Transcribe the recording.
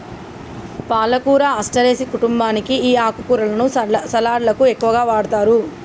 పాలకూర అస్టెరెసి కుంటుంబానికి ఈ ఆకుకూరలను సలడ్లకు ఎక్కువగా వాడతారు